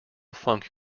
funk